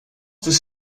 this